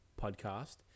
podcast